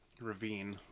ravine